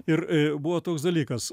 ir buvo toks dalykas